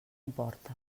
emporta